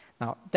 Now